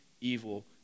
evil